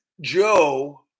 Joe